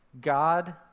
God